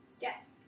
Yes